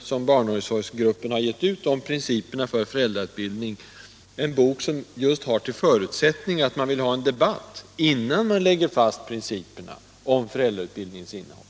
som barnomsorgsgruppen har givit ut om principerna för föräldrautbildning — en bok som har till förutsättning att man vill ha en debatt innan man lägger fast principerna om föräldrautbildningens innehåll.